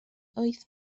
wyth